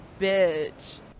bitch